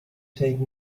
take